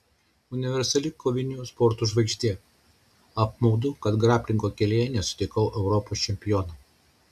universali kovinių sportų žvaigždė apmaudu kad graplingo kelyje nesutikau europos čempiono